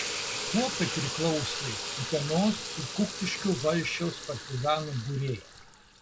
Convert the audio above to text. kuopai priklausė utenos ir kuktiškių valsčiaus partizanų būriai